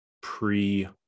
pre